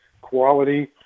quality